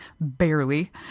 barely